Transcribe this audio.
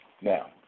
now